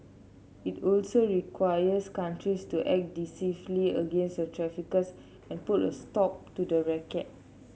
it also requires countries to act decisively against the traffickers and put a stop to the racket